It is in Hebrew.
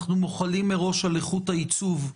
אנחנו מוחלים מראש על איכות העיצוב.